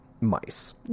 mice